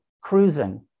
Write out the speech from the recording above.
cruising